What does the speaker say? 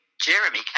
Jeremy